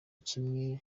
kimwe